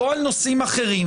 לא על נושאים אחרים.